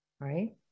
right